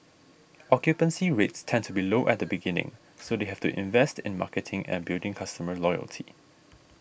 occupancy rates tend to be low at the beginning so they have to invest in marketing and building customer loyalty